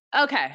Okay